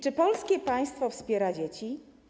Czy polskie państwo wspiera dzieci?